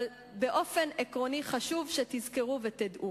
אבל באופן עקרוני חשוב שתזכרו ותדעו.